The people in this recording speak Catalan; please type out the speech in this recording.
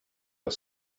les